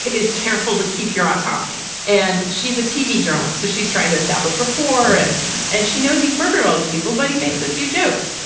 is careful to keep your autonomy. and she's a tv journalist. so she's trying to establish rapport. and and she knows he's murdered all these people, but he makes a few jokes.